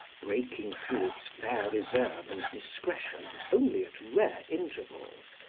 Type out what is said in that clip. breaking through its fair reserve and discretion only at rare intervals,